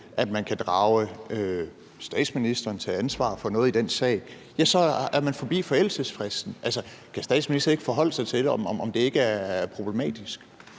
at man kan drage statsministeren til ansvar for noget i den sag, så er man forbi forældelsesfristen. Altså, kan statsministeren ikke forholde sig til det? Er det ikke problematisk?